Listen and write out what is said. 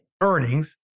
earnings